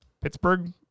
Pittsburgh